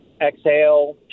exhale